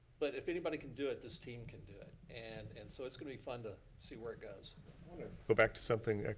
but if anybody can do it, this team can do it. and and so it's gonna be fun to see where it goes. go back to something,